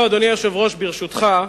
אדוני היושב-ראש, ברשותך,